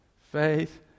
faith